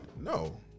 No